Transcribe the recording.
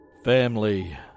Family